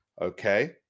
Okay